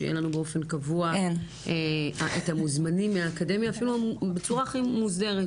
שיהיה לנו באופן קבוע את המוזמנים מהאקדמיה אפילו בצורה הכי מוסדרת.